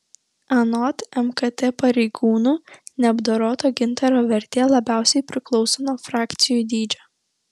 anot mkt pareigūnų neapdoroto gintaro vertė labiausiai priklauso nuo frakcijų dydžio